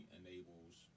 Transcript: enables